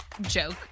joke